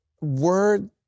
word